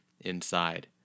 inside